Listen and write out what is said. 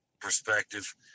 perspective